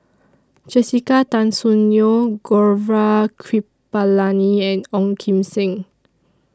Jessica Tan Soon Neo Gaurav Kripalani and Ong Kim Seng